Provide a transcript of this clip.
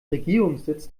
regierungssitz